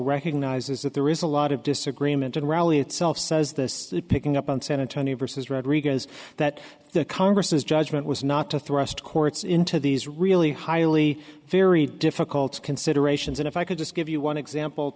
recognizes that there is a lot of disagreement and rally itself says this picking up on senator johnny versus rodriguez that the congress is judgment was not to thrust courts into these really highly very difficult considerations and if i could just give you one example